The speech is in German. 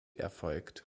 erfolgt